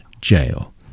jail